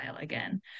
again